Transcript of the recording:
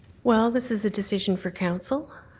well, this is a decision for council.